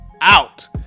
out